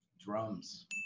Drums